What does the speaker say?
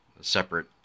separate